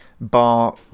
Bar